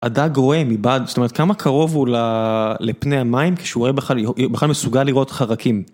הדג רואה מבעד, זאת אומרת כמה קרוב הוא לפני המים כשהוא רואה בכלל, הוא בכלל מסוגל לראות חרקים.